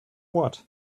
what